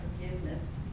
forgiveness